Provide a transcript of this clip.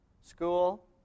school